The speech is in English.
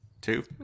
Two